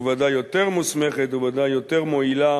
וודאי יותר מוסמכת, וודאי יותר מועילה